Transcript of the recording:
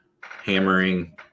hammering